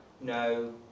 no